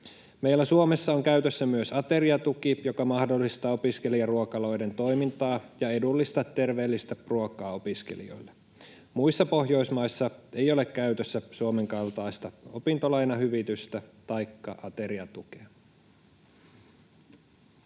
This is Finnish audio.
Meillä Suomessa on käytössä myös ateriatuki, joka mahdollistaa opiskelijaruokaloiden toimintaa ja edullista, terveellistä ruokaa opiskelijoille. Muissa Pohjoismaissa ei ole käytössä Suomen kaltaista opintolainahyvitystä taikka ateriatukea.